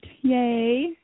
Yay